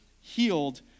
healed